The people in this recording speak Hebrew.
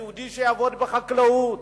היהודי, יעבוד בחקלאות.